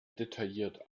detailliert